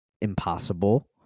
impossible